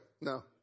No